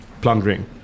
plundering